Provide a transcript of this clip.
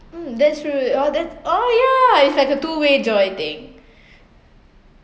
um that's true oh then oh ya it's like a two way joy thing